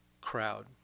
crowd